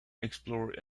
explored